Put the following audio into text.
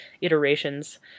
iterations